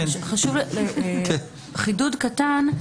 חידוד קטן.